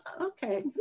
okay